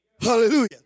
Hallelujah